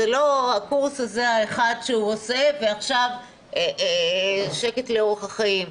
זה לא הקורס הזה האחד שהוא עושה ועכשיו שקט לאורך החיים.